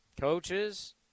coaches